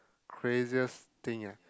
craziest thing ah